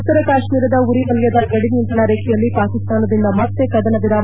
ಉತ್ತರ ಕಾಶ್ಮೀರದ ಉರಿವಲಯದ ಗಡಿ ನಿಯಂತ್ರಣ ರೇಖೆಯಲ್ಲಿ ಪಾಕಿಸ್ತಾನದಿಂದ ಮತ್ತೆ ಕದನ ವಿರಾಮ ಉಲ್ಲಂಫನೆ